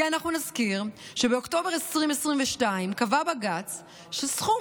כי אנחנו נזכיר שבאוקטובר 2022 קבע בג"ץ שסכום